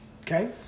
Okay